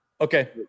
okay